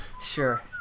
sure